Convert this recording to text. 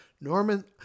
Norman